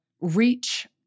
reach